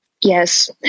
Yes